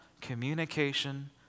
communication